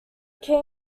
key